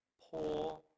poor